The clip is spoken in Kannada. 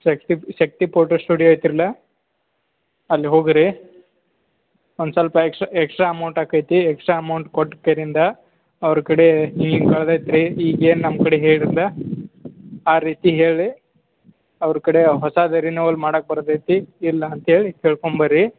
ಶಕ್ತಿ ಶಕ್ತಿ ಪೋಟೋ ಸ್ಟುಡ್ಯೋ ಐತ್ರಿಲ್ಲ ಅಲ್ಲಿ ಹೋಗಿರಿ ಒಂದು ಸ್ವಲ್ಪ ಎಕ್ಸ್ಟ್ರಾ ಎಕ್ಸ್ಟ್ರಾ ಅಮೌಂಟ್ ಆಕೈತಿ ಎಕ್ಸ್ಟ್ರಾ ಅಮೌಂಟ್ ಕೊಟ್ಟು ಕರಿಂದ ಅವ್ರ ಕಡೆ ಹಿಂಗಿಂಗೆ ಆಗೈತಿ ಈಗ ಏನು ನಮ್ಮ ಕಡೆ ಹೇಳಿದ್ರೋ ಆ ರೀತಿ ಹೇಳಿ ಅವ್ರ ಕಡೆ ಹೊಸದು ರಿನೀವಲ್ ಮಾಡಕ್ಕೆ ಬರ್ತೈತಿ ಇಲ್ಲ ಅಂತೇಳಿ ಕೇಳ್ಕೊಂಬನ್ರಿ